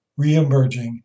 reemerging